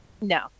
no